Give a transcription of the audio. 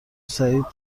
سعید